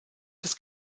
das